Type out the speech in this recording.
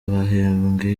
bahembwe